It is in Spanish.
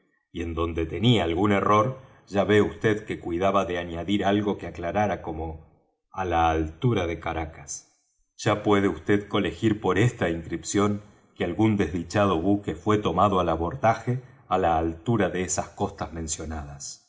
y en donde tenía algún error ya ve vd que cuidaba de añadir algo que aclarara como á la altura de caracas ya puede vd colegir por esta inscripción que algún desdichado buque fué tomado al abordaje á la altura de las costas mencionadas